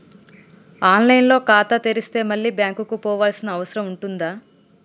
On line లో ఖాతా తెరిస్తే మళ్ళీ బ్యాంకుకు పోవాల్సిన అవసరం ఉంటుందా?